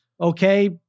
okay